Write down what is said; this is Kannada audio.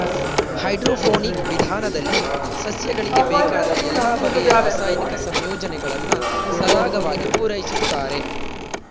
ಹೈಡ್ರೋಪೋನಿಕ್ ವಿಧಾನದಲ್ಲಿ ಸಸ್ಯಗಳಿಗೆ ಬೇಕಾದ ಎಲ್ಲ ಬಗೆಯ ರಾಸಾಯನಿಕ ಸಂಯೋಜನೆಗಳನ್ನು ಸರಾಗವಾಗಿ ಪೂರೈಸುತ್ತಾರೆ